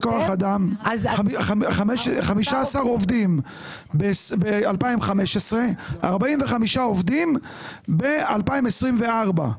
15 עובדים ב-2015 ו-45 עובדים ב-2024.